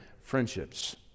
friendships